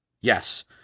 Yes